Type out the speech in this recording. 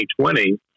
2020